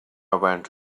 went